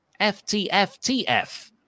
FTFTF